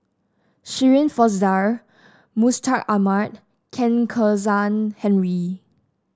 Shirin Fozdar Mustaq Ahmad Chen Kezhan Henri